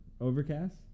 Overcast